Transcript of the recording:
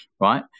right